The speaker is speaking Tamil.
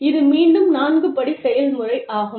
இது மீண்டும் நான்கு படி செயல்முறை ஆகும்